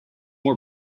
more